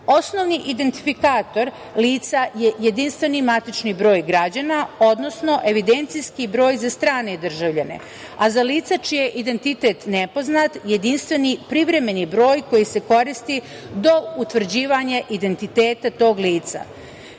Osnovni identifikator lica je jedinstveni matični broj građana, odnosno evidencijski broj za strane državljane, a za lica čiji je identitet nepoznat jedinstveni privremeni broj koji se koristi do utvrđivanja identiteta tog lica. Bitno